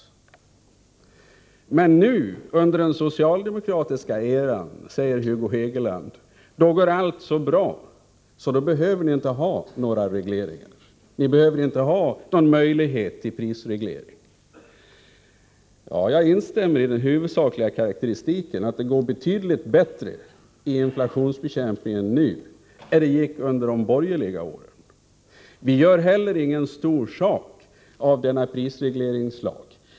Vidare säger han: Men nu, under den socialdemokratiska regeringstiden, går allt så bra att det inte behövs några prisregleringar. I huvudsak instämmer jag i den karakteristiken. Således går det nu betydligt bättre när det gäller inflationsbekämpningen än det gjorde under de borgerliga åren. Men vi gör inte heller någon stor affär av denna prisregleringslag.